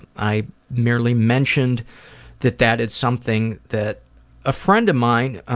i merely mentioned that that is something that a friend of mine,